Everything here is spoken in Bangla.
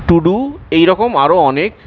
টুডু এইরকম আরও অনেক